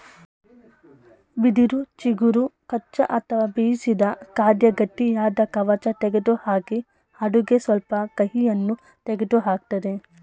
ಬಿದಿರು ಚಿಗುರು ಕಚ್ಚಾ ಅಥವಾ ಬೇಯಿಸಿದ ಖಾದ್ಯ ಗಟ್ಟಿಯಾದ ಕವಚ ತೆಗೆದುಹಾಕಿ ಅಡುಗೆ ಸ್ವಲ್ಪ ಕಹಿಯನ್ನು ತೆಗೆದುಹಾಕ್ತದೆ